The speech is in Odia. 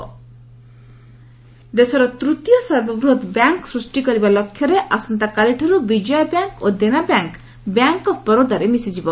ବ୍ୟାଙ୍କ୍ ମର୍ଜର୍ ଦେଶର ତୂତୀୟ ସର୍ବବୃହତ୍ ବ୍ୟାଙ୍କ୍ ସ୍ଟୁଷ୍ଟି କରିବା ଲକ୍ଷ୍ୟରେ ଆସନ୍ତାକାଲିଠାରୁ ବିଜୟା ବ୍ୟାଙ୍କ୍ ଓ ଦେନା ବ୍ୟାଙ୍କ୍ ବ୍ୟାଙ୍କ୍ ଅଫ୍ ବରୋଦାରେ ମିଶିଯିବ